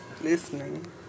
listening